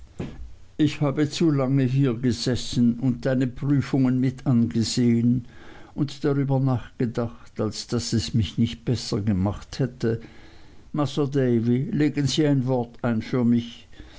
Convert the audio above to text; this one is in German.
ich habe zu lange hier gesessen und deine prüfungen mit angesehen und darüber nachgedacht als daß es mich nicht besser gemacht hätte masr davy legen sie ein wort ein für mich